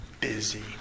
busy